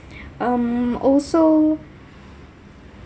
um also